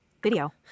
Video